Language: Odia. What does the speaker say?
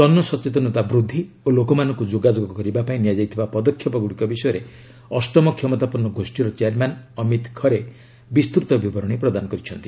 ଜନସଚେତନତା ବୃଦ୍ଧି ଓ ଲୋକମାନଙ୍କୁ ଯୋଗାଯୋଗ କରିବା ପାଇଁ ନିଆଯାଇଥିବା ପଦକ୍ଷେପଗୁଡ଼ିକ ବିଷୟରେ ଅଷ୍ଟମ କ୍ଷମତାପନ୍ନ ଗୋଷ୍ଠୀର ଚେୟାରମ୍ୟାନ୍ ଅମିତ ଖରେ ବିସ୍ତୂତ ବିବରଣୀ ପ୍ରଦାନ କରିଥିଲେ